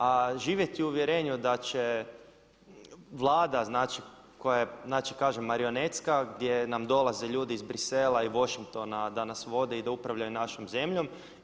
A živjeti u uvjerenju da će Vlada, znači koja je znači kažem marionetska gdje nam dolaze ljudi iz Bruxellesa i Washingtona da nas vode i da upravljaju našom zemljom.